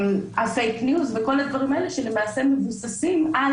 הפייק ניוז וכל הדברים האלה שלמעשה מבוססים על